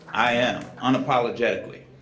i am, unapologetically,